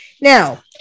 Now